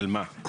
של מה?